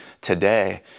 today